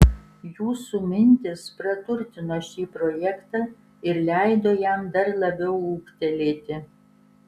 jūsų mintys praturtino šį projektą ir leido jam dar labiau ūgtelėti